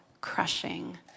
crushing